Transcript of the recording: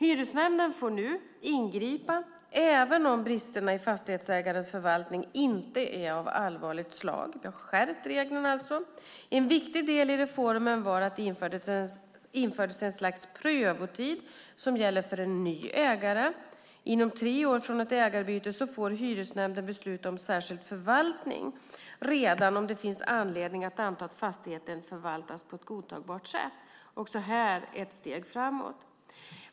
Hyresnämnden får nu ingripa även om bristerna i fastighetsägarens förvaltning inte är av allvarligt slag. Vi har alltså skärpt reglerna. En viktig del i reformen var att det infördes ett slags prövotid som gäller för en ny ägare. Inom tre år från ett ägarbyte får hyresnämnden besluta om särskild förvaltning redan om det finns anledning att anta att fastigheten inte förvaltas på ett godtagbart sätt. Det här är ett steg framåt.